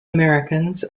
americans